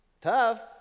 Tough